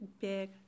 big